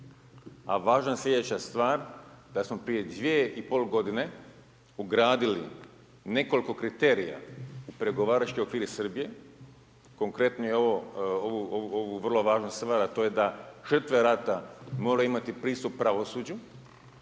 a važna slijedeća stvar da smo prije dvije i pol godine ugradili nekoliko kriterija u pregovaračke okvire Srbije, konkretnije ovu vrlo važnu stvar, a to je da žrtve rata moraju imati pristup pravosuđu,